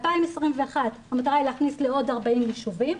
ב-2021 המטרה היא להכניס לעוד 40 ישובים,